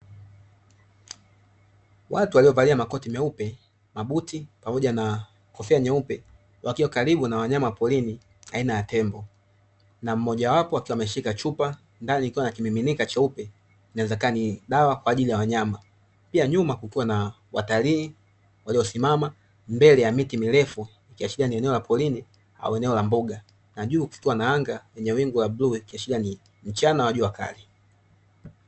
Watu waliovalia makoti meupe, mabuti pamoja na kofia nyeupe, wakiwa karibu na wanyama wa porini aina ya tembo, na mmojawapo akiwa ameshika chupa, ndani ikiwa na kimiminika cheupe, inaweza ikawa ni dawa kwa ajili ya wanyama. Pia nyuma kukiwa na watalii waliosimama mbele ya miti mirefu, ikiashiria ni eneo la porini au eneo la mbuga, na juu kukiwa na anga lenye wingu ya bluu ikiashiria ni mchana wa jua kali.